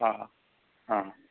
آ آ